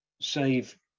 save